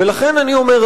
ולכן אני אומר,